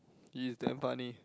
he's damn funny